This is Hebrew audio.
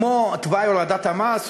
כמו תוואי הורדת המס,